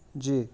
جی